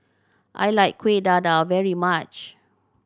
I like Kueh Dadar very much